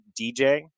dj